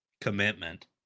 Commitment